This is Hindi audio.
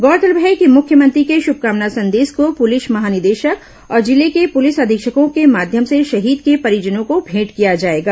गौरतलब है कि मुख्यमंत्री के शुभकामना संदेश को पुलिस महानिदेशक और जिले के पुलिस अधीक्षकों के माध्यम से शहीद के परिजनों को भेंट किया जाएगा